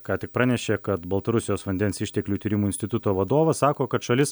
ką tik pranešė kad baltarusijos vandens išteklių tyrimų instituto vadovas sako kad šalis